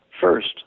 First